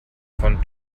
von